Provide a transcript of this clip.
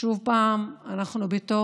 שוב אנחנו בתוך